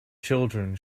children